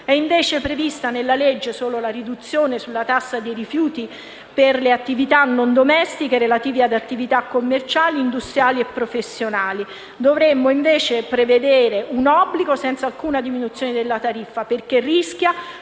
È invece prevista nella legge solo la riduzione sulla tassa dei rifiuti per le attività non domestiche relative ad attività commerciali, industriali e professionali. Dovremmo prevedere semmai un obbligo, senza alcuna diminuzione della tariffa, in